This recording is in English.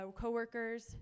coworkers